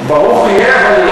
ברוך יהיה, אבל,